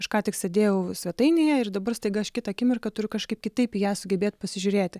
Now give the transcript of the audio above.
aš ką tik sėdėjau svetainėje ir dabar staiga aš kitą akimirką turiu kažkaip kitaip į ją sugebėt pasižiūrėti